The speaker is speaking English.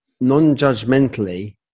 non-judgmentally